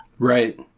Right